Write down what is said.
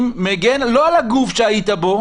יש הבדל בין טעויות לבין שיטתיות.